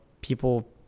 people